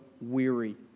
weary